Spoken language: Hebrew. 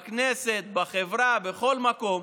בכנסת, בחברה, בכל מקום,